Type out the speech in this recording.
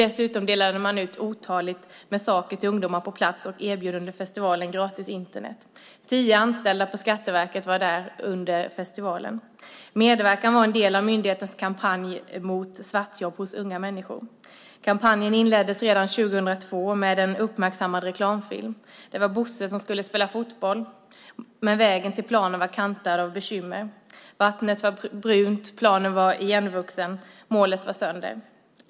Dessutom delade man ut otaliga saker till ungdomar på plats och erbjöd gratis Internet under festivalen. Tio anställda på Skatteverket var där. Medverkan var en del av myndighetens kampanj mot svartjobb bland unga människor. Kampanjen inleddes redan 2002 med en uppmärksammad reklamfilm. Det var Bosse som skulle spela fotboll, men vägen till planen var kantad av bekymmer. Vattnet var brunt, planen var igenvuxen och målet var sönder.